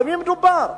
במי מדובר?